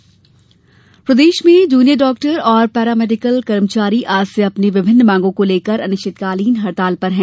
junior doctor हड़ताल प्रदेश में जूनियर डॉक्टर और पैरामेडिकल कर्मचारी आज से अपनी विभिन्न मांगों को लेकर आनिश्चितकालीन हड़ताल पर हैं